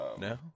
No